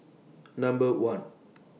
Number one